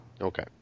Okay